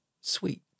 Sweet